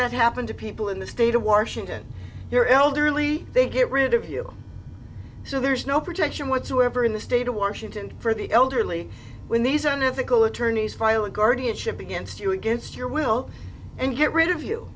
that happen to people in the state of washington you're elderly they get rid of you so there's no protection whatsoever in the state of washington for the elderly when these unethical attorneys file a guardianship against you against your will and get rid of you